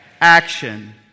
action